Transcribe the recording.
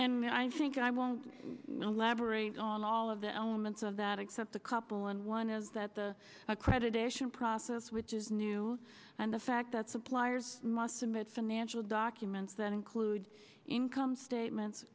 and i think i won't elaborate on all of their own months of that except the couple and one is that the accreditation process which is new and the fact that suppliers must submit financial documents that include income statements